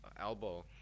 Elbow